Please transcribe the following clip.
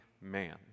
man